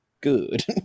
Good